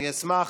אני אשמח.